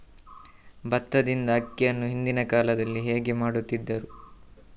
ಭತ್ತದಿಂದ ಅಕ್ಕಿಯನ್ನು ಹಿಂದಿನ ಕಾಲದಲ್ಲಿ ಹೇಗೆ ಮಾಡುತಿದ್ದರು?